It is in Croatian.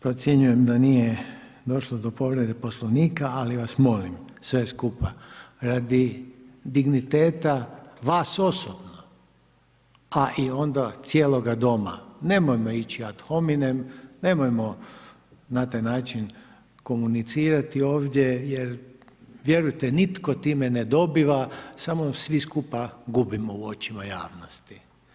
Procjenjujem da nije došlo do povrede poslovnika, ali vas molim sve skupa radi digniteta vas osobno, a i onda cijeloga doma, nemojmo ići ad hominem, nemojmo na taj način komunicirati ovdje jer vjerujte, nitko time ne dobiva, samo svi skupa gubimo u očima javnosti.